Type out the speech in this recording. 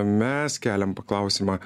mes keliam klausimą